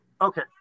Okay